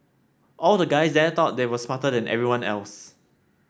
all the guys there thought they were smarter than everyone else